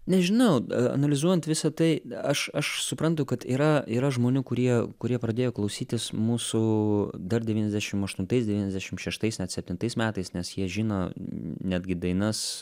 nežinau analizuojant visa tai aš aš suprantu kad yra yra žmonių kurie kurie pradėjo klausytis mūsų dar devyniasdešim aštuntais devyniasdešim šeštais net septintais metais nes jie žino netgi dainas